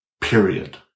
period